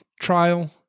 trial